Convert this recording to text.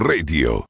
Radio